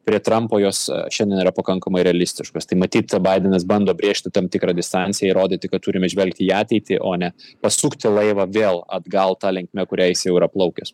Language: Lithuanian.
prie trampo jos šiandien yra pakankamai realistiškos tai matyt baidenas bando brėžti tam tikrą distanciją įrodyti kad turime žvelgti į ateitį o ne pasukti laivą vėl atgal ta linkme kurią jis jau yra plaukęs